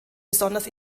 besonders